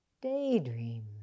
daydream